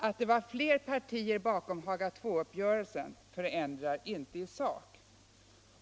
Att det var fler partier bakom Haga II-uppgörelsen förändrar ingenting i sak.